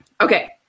Okay